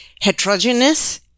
heterogeneous